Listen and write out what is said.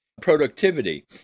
productivity